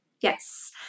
Yes